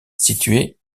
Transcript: située